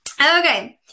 Okay